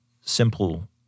simple